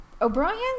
O'Brien